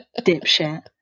Dipshit